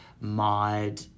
mod